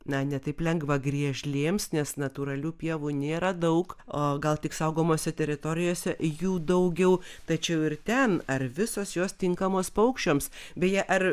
na ne taip lengva griežlėms nes natūralių pievų nėra daug o gal tik saugomose teritorijose jų daugiau tačiau ir ten ar visos jos tinkamos paukščiams beje ar